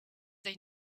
they